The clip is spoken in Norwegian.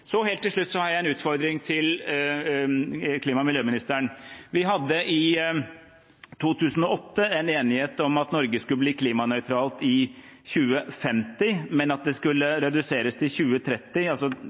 en utfordring til klima- og miljøministeren. Vi hadde i 2008 en enighet om at Norge skulle bli klimanøytralt i 2050, men at det skulle